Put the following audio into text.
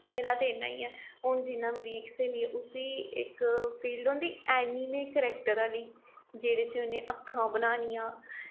मेरा ते इन्ना ही ऐ हून जियां मेरी इक स्हेली ऐ उसी इक फील्ड होंदी ऐनिमी करैक्टर आह्ली जेह्दे च उ'नें अक्खां बनानियां